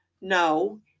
No